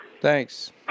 Thanks